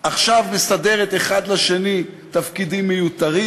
עכשיו מסדרת אחד לשני תפקידים מיותרים,